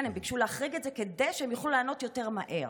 הם ביקשו להחריג את זה כדי שהם יוכלו לענות יותר מהר.